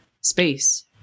space